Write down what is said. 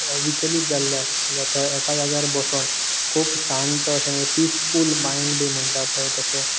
विचलीत जाल्ले आसा जाल्यार थंय एका जाग्यार बसोन खूब शांत अशें पिसफूल मांयड बी म्हणटा पळय तशें